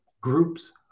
groups